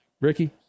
Ricky